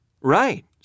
Right